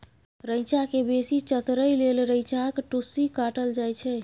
रैंचा केँ बेसी चतरै लेल रैंचाक टुस्सी काटल जाइ छै